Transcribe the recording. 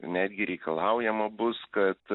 netgi reikalaujama bus kad